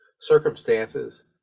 circumstances